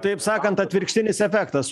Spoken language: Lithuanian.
taip sakant atvirkštinis efektas